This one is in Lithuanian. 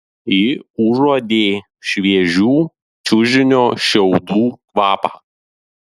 ji užuodė šviežių čiužinio šiaudų kvapą